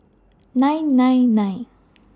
nine nine nine